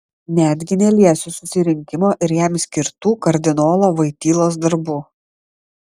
netgi neliesiu susirinkimo ir jam skirtų kardinolo voitylos darbų